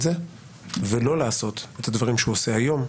זה ולא לעשות את הדברים שהוא עושה היום,